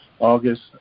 August